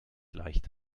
leicht